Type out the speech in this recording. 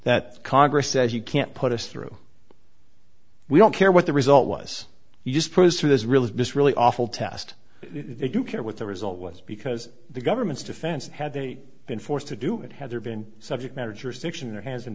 that congress says you can't put us through we don't care what the result was you just cruise through this really really awful test if you care what the result was because the government's defense had been forced to do it had there been subject matter jurisdiction there hasn't